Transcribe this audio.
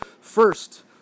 First